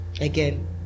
Again